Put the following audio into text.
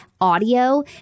audio